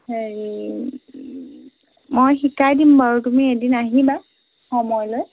হেৰি মই শিকাই দিম বাৰু তুমি এদিন আহিবা সময় লৈ